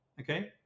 okay